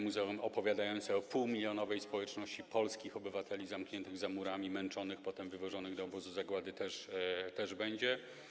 Muzeum opowiadające o półmilionowej społeczności polskich obywateli zamkniętych za murami, męczonych, a potem wywożonych do obozu zagłady też będzie.